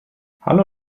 hallo